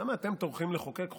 למה אתם טורחים לחוקק חוקים?